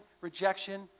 rejection